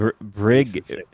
brig